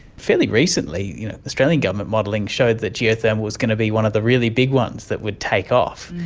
fairly recently you know australian government modelling showed that geothermal was going to be one of the really big ones that would take off.